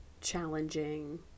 challenging